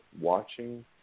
watching